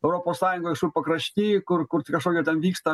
europos sąjungoj kažkur pakrašty kur kur kažkokie ten vyksta